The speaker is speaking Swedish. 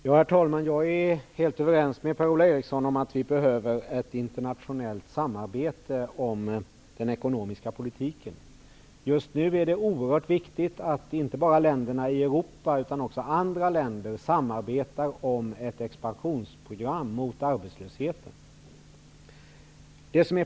Herr talman! Jag är helt överens med Per-Ola Eriksson om att vi behöver ett internationellt samarbete om den ekonomiska politiken. Just nu är det oerhört viktigt att inte bara länderna i Europa, utan även andra länder, samarbetar om ett expansionsprogram mot arbetslösheten.